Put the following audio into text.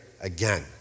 again